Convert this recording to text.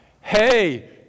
hey